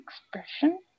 expression